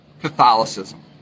Catholicism